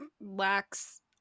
lacks